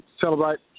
celebrate